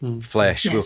flesh